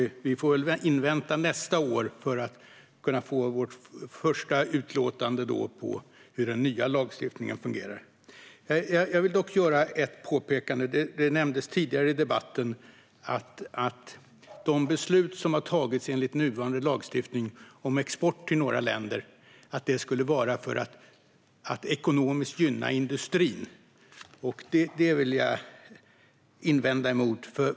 Vi får vänta till nästa år för att lämna vårt första utlåtande om hur den nya lagstiftningen fungerar. Jag vill göra ett påpekande. Tidigare i debatten nämndes att de beslut som har tagits enligt nuvarande lagstiftning om export till några länder skulle bero på att man ekonomiskt vill gynna industrin. Det invänder jag mot.